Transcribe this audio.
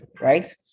right